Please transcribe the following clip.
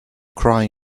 crying